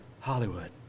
Hollywood